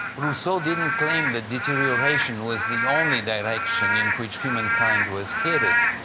rousseau didn't claim that deterioration was the only direction in which humankind was headed,